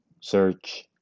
search